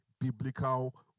biblical